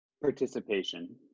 Participation